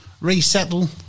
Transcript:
resettle